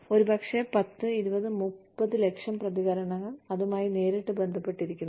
ഒരുപക്ഷേ 10 20 30 ലക്ഷം പ്രതികരണങ്ങൾ അതുമായി നേരിട്ട് ബന്ധപ്പെട്ടിരിക്കുന്നു